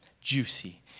juicy